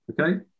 Okay